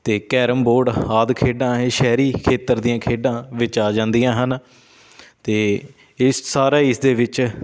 ਅਤੇ carrom board ਆਦਿ ਖੇਡਾਂ ਇਹ ਸ਼ਹਿਰੀ ਖੇਤਰ ਦੀਆਂ ਖੇਡਾਂ ਵਿੱਚ ਆ ਜਾਂਦੀਆਂ ਹਨ ਅਤੇ ਇਸ ਸਾਰਾ ਹੀ ਇਸ ਦੇ ਵਿੱਚ